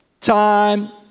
Time